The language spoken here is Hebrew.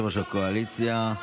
יושב-ראש הקואליציה.